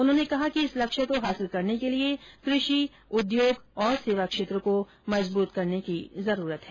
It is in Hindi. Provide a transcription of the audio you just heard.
उन्होंने कहा कि इस लक्ष्य को हासिल करने के लिए कृषि उद्योग और सेवा क्षेत्र को मजबूत करने की जरूरत है